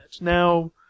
Now